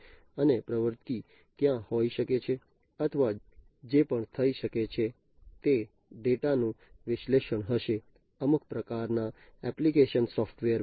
અને પ્રવૃતિ ત્યાં હોઈ શકે છે અથવા જે પણ થઈ શકે છે તે ડેટા નું વિશ્લેષણ હશે અમુક પ્રકારના એપ્લિકેશન સોફ્ટવેર માં